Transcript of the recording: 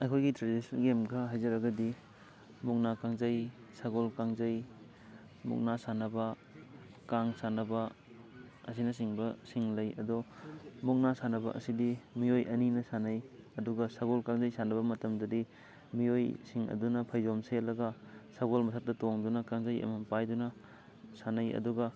ꯑꯩꯈꯣꯏꯒꯤ traditional game ꯈꯔ ꯍꯥꯏꯖꯔꯒꯗꯤ ꯃꯨꯛꯅꯥ ꯀꯥꯡꯖꯩ ꯁꯒꯣꯜ ꯀꯥꯡꯖꯩ ꯃꯨꯛꯅꯥ ꯁꯥꯟꯅꯕ ꯀꯥꯡ ꯁꯥꯟꯅꯕ ꯑꯁꯤꯅ ꯆꯤꯡꯕꯁꯤꯡ ꯂꯩ ꯑꯗꯣ ꯃꯨꯛꯅꯥ ꯁꯥꯟꯅꯕ ꯑꯁꯤꯗꯤ ꯃꯤꯑꯣꯏ ꯑꯅꯤꯅ ꯁꯥꯟꯅꯩ ꯑꯗꯨꯒ ꯁꯒꯣꯜ ꯀꯥꯡꯖꯩ ꯁꯥꯟꯅꯕ ꯃꯇꯝꯗꯗꯤ ꯃꯤꯑꯣꯏꯁꯤꯡ ꯑꯗꯨꯅ ꯐꯩꯖꯣꯝ ꯁꯦꯠꯂꯒ ꯁꯒꯣꯜ ꯃꯊꯛꯇ ꯇꯣꯡꯗꯨꯅ ꯀꯥꯡꯖꯩ ꯑꯃꯃꯝ ꯄꯥꯏꯗꯨꯅ ꯁꯥꯟꯅꯩ ꯑꯗꯨꯒ